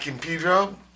Pedro